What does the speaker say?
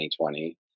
2020